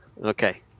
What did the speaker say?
Okay